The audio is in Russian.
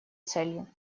целью